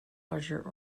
larger